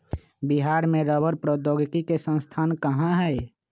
बिहार में रबड़ प्रौद्योगिकी के संस्थान कहाँ हई?